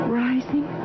rising